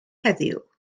heddiw